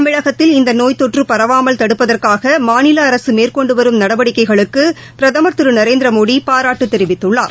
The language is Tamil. தமிழகத்தில் இந்தநோய் தொற்றுபரவாமல் தடுப்பதற்காகமாநிலஅரசுமேற்கொண்டுவரும் நடவடிக்கைகளுக்குபிரதமர் திருநரேந்திரமோடிபாராட்டுதெரிவித்துள்ளார்